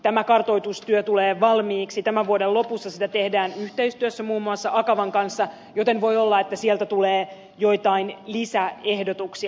tämä kartoitustyö tulee valmiiksi tämän vuoden lopussa sitä tehdään yhteistyössä muun muassa akavan kanssa joten voi olla että sieltä tulee joitain lisäehdotuksia